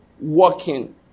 working